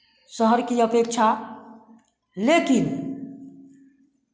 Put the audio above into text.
शहर की अपेक्षा लेकिन